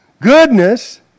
Goodness